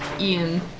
Ian